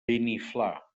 beniflà